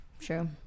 Sure